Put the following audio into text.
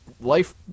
life